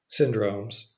syndromes